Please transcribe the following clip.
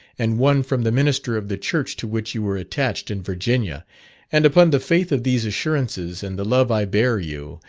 and one from the minister of the church to which you were attached in virginia and upon the faith of these assurances, and the love i bear you,